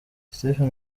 stephen